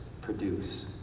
produce